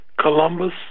Columbus